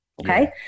Okay